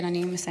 כן, אני מסיימת.